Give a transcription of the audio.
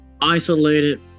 isolated